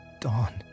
Dawn